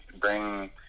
bring